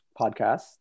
podcast